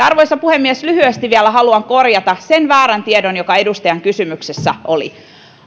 arvoisa puhemies lyhyesti vielä haluan vielä korjata sen väärän tiedon joka edustajan kysymyksessä oli